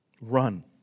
Run